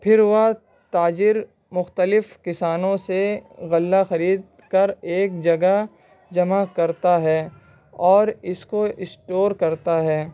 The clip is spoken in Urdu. پھر وہ تاجر مختلف کسانوں سے غلہ خرید کر ایک جگہ جمع کرتا ہے اور اس کو اسٹور کرتا ہے